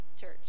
church